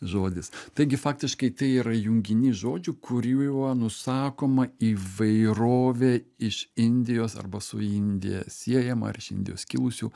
žodis taigi faktiškai tai yra junginys žodžių kuriuo nusakoma įvairovė iš indijos arba su indija siejama ar iš indijos kilusių